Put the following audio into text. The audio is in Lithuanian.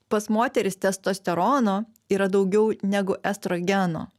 pas moteris testosterono yra daugiau negu estrogeno